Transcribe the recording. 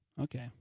Okay